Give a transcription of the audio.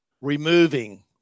removing